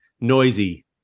noisy